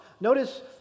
Notice